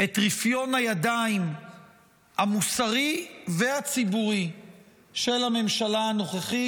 את רפיון הידיים המוסרי והציבורי של הממשלה הנוכחית,